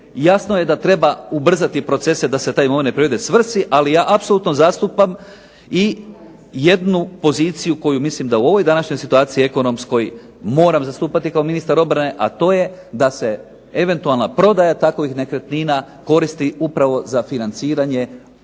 jasno je da treba ubrzati procese da se ta imovina privede svrsi, ali ja apsolutno zastupam i jednu poziciju koju mislim da u ovoj današnjoj situaciji ekonomskoj moram zastupati kao ministar obrane, a to je da se eventualna prodaja takvih nekretnina koristi upravo za financiranje projekata